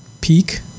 peak